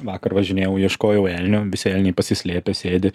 vakar važinėjau ieškojau elnio visi elniai pasislėpę sėdi